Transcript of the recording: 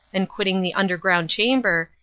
and quitting the underground chamber,